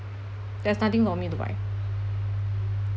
there's nothing for me to buy